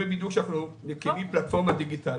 מקימים פלטפורמה דיגיטלית,